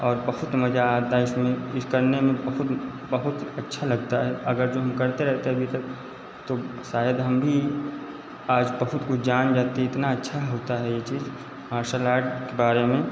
और बहुत मज़ा आता है इसमें इस करने में बहुत बहुत अच्छा लगता है अगर जो हम करते रहते अभी तक तो शायद हम भी आज बहुत कुछ जान जाते इतना अच्छा होता है यह चीज़ मार्सल आर्ट के बारे में